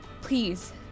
Please